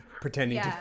Pretending